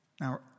now